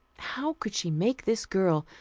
how could she make this girl,